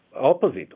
opposite